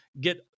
get